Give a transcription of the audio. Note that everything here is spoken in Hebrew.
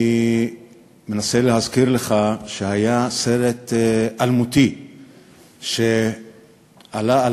אני מנסה להזכיר לך שהיה סרט אלמותי שעלה על